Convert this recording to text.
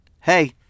Hey